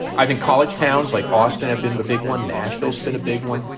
i think college towns like austin have been the big one. nashville's been a big one.